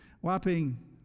whopping